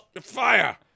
Fire